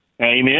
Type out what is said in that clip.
Amen